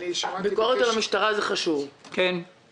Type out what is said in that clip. ביקורת על המשטרה זה חשוב מאוד,